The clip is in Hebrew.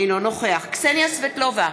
אינו נוכח קסניה סבטלובה,